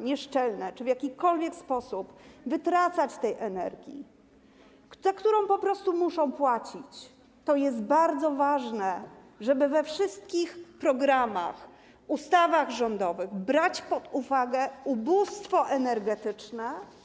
nieszczelne okna, czy w jakikolwiek sposób wytracać tej energii, za którą muszą płacić, to jest bardzo ważne, żeby we wszystkich programach, ustawach rządowych brać pod uwagę ubóstwo energetyczne.